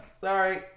Sorry